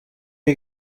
die